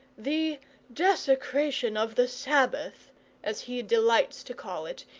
the desecration of the sabbath as he delights to call it,